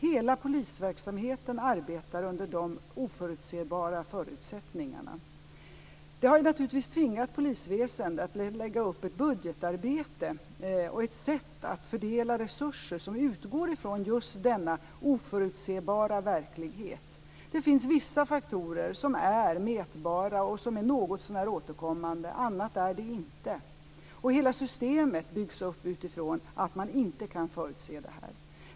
Hela polisverksamheten arbetar under de oförutsebara förutsättningarna. Det har naturligtvis tvingat polisväsendet att lägga upp ett budgetarbete och ett sätt att fördela resurser som utgår från just från denna oförutsebara verklighet. Det finns vissa faktorer som är mätbara och som är något så när återkommande, men annat är det inte. Hela systemet byggs upp utifrån att man inte kan förutse detta.